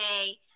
okay